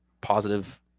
positive